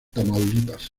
tamaulipas